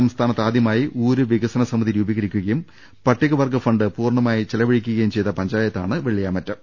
സംസ്ഥാനത്ത് ആദ്യമായി ഊര് വികസനസമിതി രൂപീകരിക്കുകയും പട്ടികവർഗ ഫണ്ട് പൂർണമായി ചെല വിടുകയും ചെയ്ത പഞ്ചായത്താണ് വെള്ളിയാമറ്റം